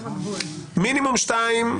מינימום שתיים,